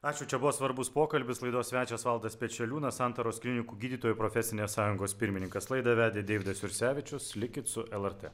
ačiū čia buvo svarbus pokalbis laidos svečias valdas pečeliūnas santaros klinikų gydytojų profesinės sąjungos pirmininkas laidą vedė deividas jursevičius likit su lrt